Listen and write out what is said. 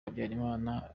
habyarimana